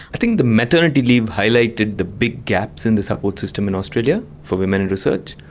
i think the maternity leave highlighted the big gaps in the support system in australia for women in research.